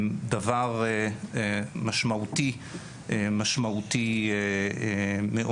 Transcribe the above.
הם דבר משמעותי מאוד.